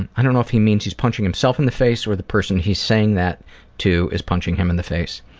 and i don't know if he means he's punching himself in the face or the person he's saying that to is punching him in the face.